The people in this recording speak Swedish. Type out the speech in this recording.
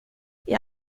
jag